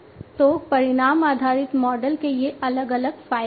तो परिणाम आधारित मॉडल के ये अलग अलग फायदे हैं